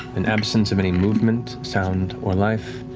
an absence of any movement, sound, or life.